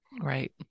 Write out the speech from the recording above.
Right